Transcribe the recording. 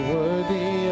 worthy